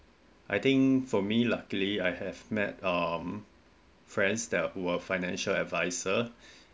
I think for me luckily I have met um friends they're who are financial adviser